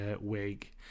wig